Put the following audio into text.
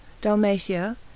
dalmatia